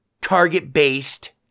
target-based